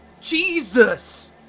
Jesus